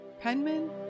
Penman